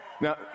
Now